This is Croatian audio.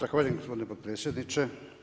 Zahvaljujem gospodine potpredsjedniče.